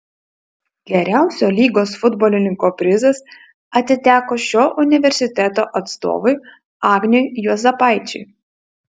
geriausio lygos futbolininko prizas atiteko šio universiteto atstovui agniui juozapaičiui